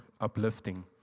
uplifting